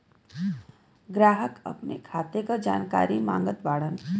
ग्राहक अपने खाते का जानकारी मागत बाणन?